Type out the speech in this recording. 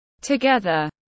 Together